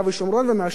ומאשים אותם